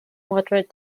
moderate